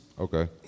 Okay